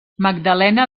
magdalena